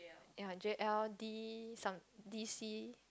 ya J_L_D some D_C